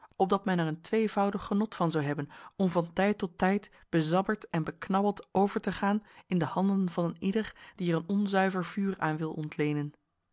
opdat men er een tweevoudig genot van zou hebben om van tijd tot tijd bezabberd en beknabbeld over te gaan in de handen van een ieder die er een onzuiver vuur aan wil ontleenen